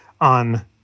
on